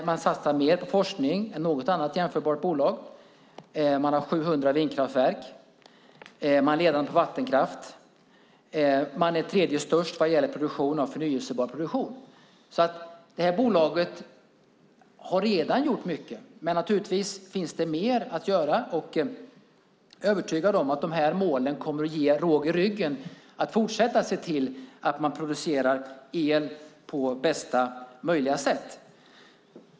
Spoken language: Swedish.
Man satsar mer på forskning än något annat jämförbart bolag. Man har 700 vindkraftverk. Man är ledande på vattenkraft. Man är den tredje största producenten vad gäller förnybar produktion. Bolaget har alltså redan gjort mycket, men naturligtvis finns det mer att göra. Jag är övertygad om att målen kommer att ge råg i ryggen när det gäller att fortsätta se till att man producerar el på bästa möjliga sätt.